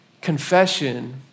Confession